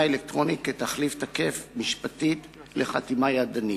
אלקטרונית כתחליף תקף משפטית לחתימה ידנית.